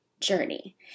journey